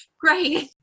great